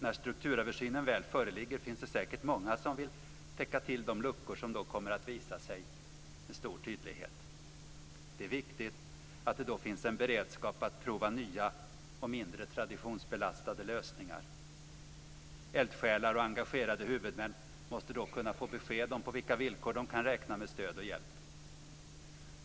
När strukturöversynen väl föreligger finns det säkert många som vill täcka till de luckor som då kommer att visa sig med stor tydlighet. Det är viktigt att det då finns en beredskap att prova nya och mindre traditionsbelastade lösningar. Eldsjälar och engagerade huvudmän måste då kunna få besked om på vilka villkor de kan räkna med stöd och hjälp.